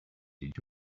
did